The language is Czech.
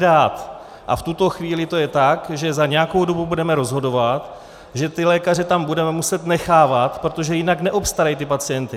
A v tuto chvíli to je tak, že za nějakou dobu budeme rozhodovat, že ty lékaře tam budeme muset nechávat, protože jinak neobstarají ty pacienty.